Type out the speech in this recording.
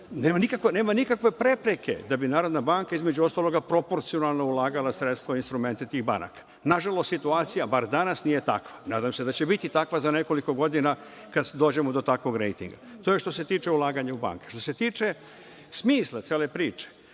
nema nikakve prepreke da bi Narodna banka, između ostalog, proporcionalno ulagala sredstva u instrumente tih banaka. Nažalost, situacija bar danas nije takva. Nadam se da će biti takva za nekoliko godina, kada dođemo do takvog rejtinga. To je što se tiče ulaganja u banke. Što se tiče smisla cele priče,